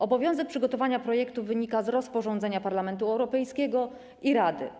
Obowiązek przygotowania projektu wynika z rozporządzenia Parlamentu Europejskiego i Rady.